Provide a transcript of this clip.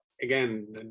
again